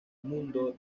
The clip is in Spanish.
mundo